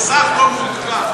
המסך לא מעודכן.